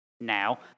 Now